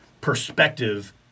perspective